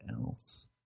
else